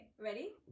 ready